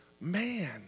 man